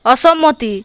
অসম্মতি